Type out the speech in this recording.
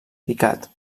picat